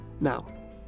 Now